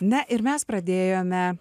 na ir mes pradėjome